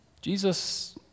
Jesus